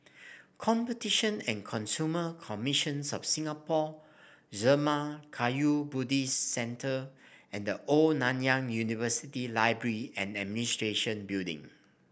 Competition and Consumer Commissions of Singapore Zurmang Kagyud Buddhist Centre and The Old Nanyang University Library and Administration Building